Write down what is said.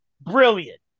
brilliant